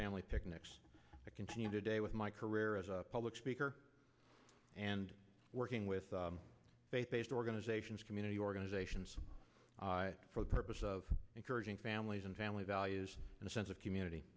family picnics that continue today with my career as a public speaker and working with the faith based organizations community organizations for the purpose of encouraging families and family values in the sense of community